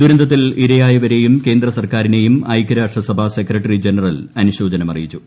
ദുരന്തത്തിൽ ഇരയായവരേയും കേന്ദ്രസർക്കാരിനേയും ഐക്യരാഷ്ട്രസഭാ സെക്രട്ടറി ജനറൽ അനുശോചനം അറീയിച്ചു